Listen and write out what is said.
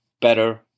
better